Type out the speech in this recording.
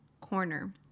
Corner